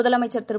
முதலமைச்சன் திரு